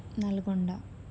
Nalgonda